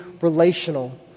relational